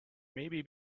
maybe